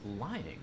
lying